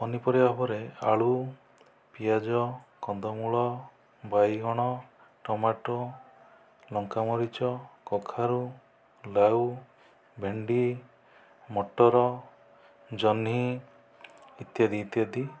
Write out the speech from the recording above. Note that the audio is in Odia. ପନିପରିବା ଭାବରେ ଆଳୁ ପିଆଜ କନ୍ଦମୂଳ ବାଇଗଣ ଟମାଟୋ ଲଙ୍କାମରିଚ କଖାରୁ ଲାଉ ଭେଣ୍ଡି ମଟର ଜହ୍ନି ଇତ୍ୟାଦି ଇତ୍ୟାଦି